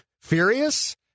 furious